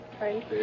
right